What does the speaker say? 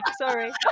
sorry